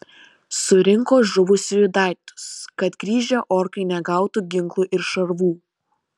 surinko žuvusiųjų daiktus kad grįžę orkai negautų ginklų ir šarvų